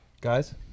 guys